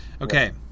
Okay